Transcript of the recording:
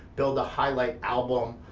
build a highlight album,